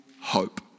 hope